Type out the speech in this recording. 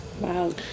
Wow